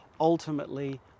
ultimately